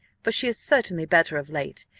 for she is certainly better of late,